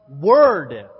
word